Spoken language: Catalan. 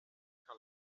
que